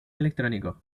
electrónico